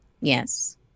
Yes